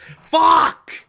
Fuck